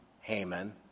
Haman